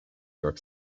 york